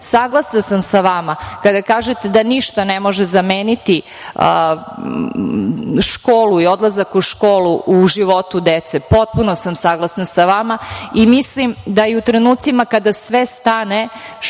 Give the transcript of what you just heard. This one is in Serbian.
Saglasna sam sa vama kada kažete da ništa ne može zameniti školu i odlazak u školu u životu dece. Potpuno sam saglasna sa vama i mislim da u trenucima kada sve stane,